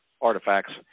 artifacts